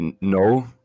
No